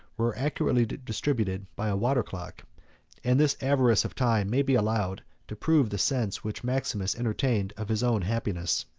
were accurately distributed by a water-clock and this avarice of time may be allowed to prove the sense which maximus entertained of his own happiness.